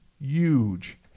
huge